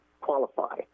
qualify